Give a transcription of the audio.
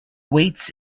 weights